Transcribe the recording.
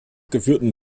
geführten